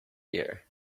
year